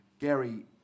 Gary